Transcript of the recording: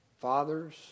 fathers